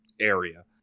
area